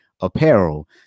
apparel